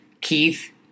Keith